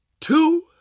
two